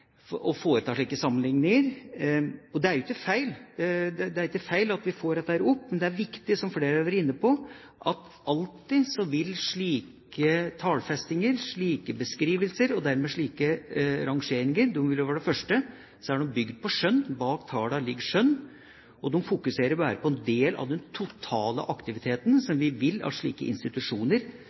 å foreta slike sammenlikninger. Det er jo ikke feil at dette kommer opp, men det er viktig – som flere har vært inne på – at slike tallfestinger, slike beskrivelser og dermed slike rangeringer for det første alltid er bygd på skjønn, bak tallene ligger skjønn, og de fokuserer bare på en del av den totale aktiviteten som vi vil at slike institusjoner